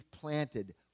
planted